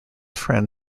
friend